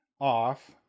off